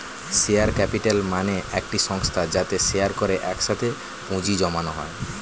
share capital মানে একটি সংস্থা যাতে শেয়ার করে একসাথে পুঁজি জমানো হয়